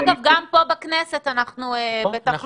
אגב, גם פה בכנסת אנחנו בתחלופה.